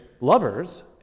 lovers